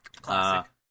Classic